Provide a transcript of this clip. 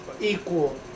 equal